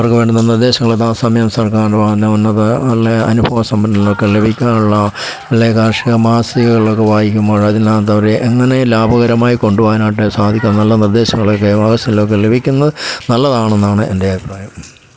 അവർക്കു വേണ്ടുന്ന നിർദ്ദേശങ്ങളൊക്കെ യഥാസമയം സർക്കാരിൻ്റെ ഉന്നതങ്ങളിലെ അനുഭവ സമ്പന്നർക്കു ലഭിക്കാനുള്ള അല്ലേ കാർഷിക മാസികകളൊക്കെ വായിക്കുമ്പോൾ അതിനകത്ത് അവരെ എങ്ങനെ ലാഭകരമായി കൊണ്ടു പോകാനായിട്ടു സാധിക്കുന്ന നല്ല നിർദ്ദേശങ്ങളൊക്കെ മാസികകളിൽ ലഭിക്കുന്നു നല്ലതാണെന്നാണ് എൻ്റെ അഭിപ്രായം